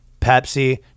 Pepsi